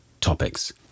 topics